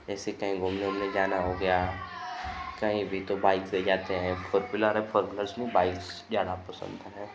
जैसे कहीं घूमने उमने जाना हो गया कहीं भी तो बाइक़ से जाते हैं फ़ोरव्हीलर है पर फ़ोरव्हीलर से नहीं बाइक़ से जाना पसन्द है